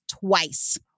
twice